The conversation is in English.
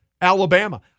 Alabama